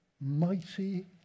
Mighty